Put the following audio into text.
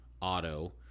auto